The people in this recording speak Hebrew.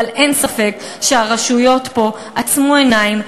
אבל אין ספק שהרשויות פה עצמו עיניים,